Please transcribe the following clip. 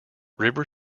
river